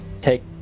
take